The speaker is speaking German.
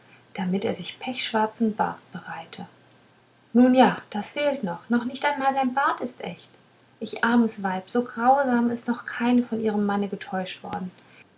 damit er sich pechschwarzen bart bereite nun ja das fehlt noch also nicht einmal sein bart ist echt ich armes weib so grausam ist noch keine von ihrem manne getäuscht worden